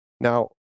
Now